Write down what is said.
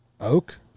Oak